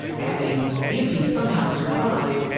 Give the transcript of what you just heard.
adding if he somehow survived,